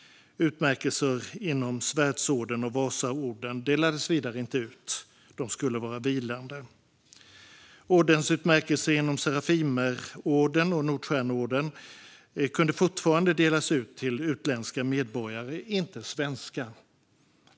Utmärkelser inom Svärdsorden och Vasaorden delades tills vidare inte ut; de skulle vara vilande. Ordensutmärkelser inom Serafimerorden och Nordstjärneorden kunde fortfarande delas ut till utländska medborgare men inte till svenska.